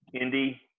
Indy